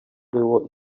było